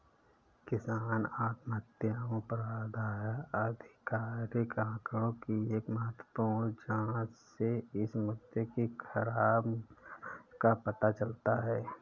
किसान आत्महत्याओं पर आधिकारिक आंकड़ों की एक महत्वपूर्ण जांच से इस मुद्दे की खराब समझ का पता चलता है